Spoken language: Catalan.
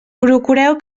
procureu